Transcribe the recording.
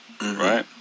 right